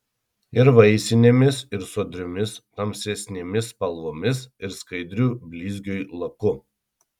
ir vaisinėmis ir sodriomis tamsesnėmis spalvomis ir skaidriu blizgiui laku